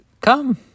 come